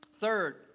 Third